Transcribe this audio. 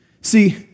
See